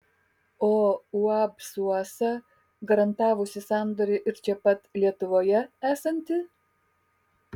o uab suosa garantavusi sandorį ir čia pat lietuvoje esanti